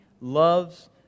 loves